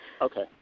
Okay